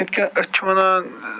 یِتھ کٔنۍ أسۍ چھِ وَنان